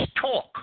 Talk